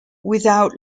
without